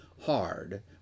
hard